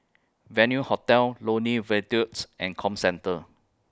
Venue Hotel Lornie Viaducts and Comcentre